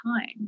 time